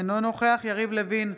אינו נוכח יריב לוין,